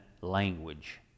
language